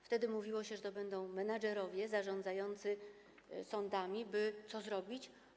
Wtedy mówiło się, że to będą menedżerowie zarządzający sądami, po to by co zrobić?